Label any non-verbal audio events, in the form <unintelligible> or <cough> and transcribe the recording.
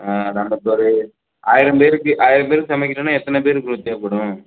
ஆ <unintelligible> ஆயிரம் பேருக்கு ஆயிரம் பேருக்கு சமைக்கணும்னா எத்தனை பேர் ப்ரோ தேவைப்படும்